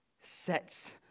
sets